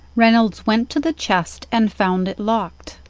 reynolds went to the chest and found it locked.